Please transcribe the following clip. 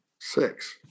six